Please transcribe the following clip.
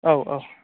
औ औ